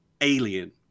Alien